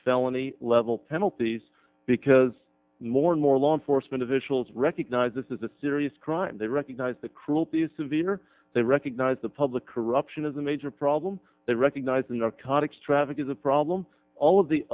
felony level penalties because more and more law enforcement officials recognize this is a serious crime they recognize the cruelties severe they recognize the public corruption as a major problem they recognize in the cause traffic is a problem all of the